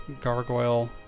Gargoyle